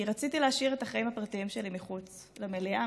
כי רציתי להשאיר את החיים הפרטיים שלי מחוץ למליאה,